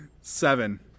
Seven